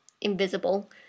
invisible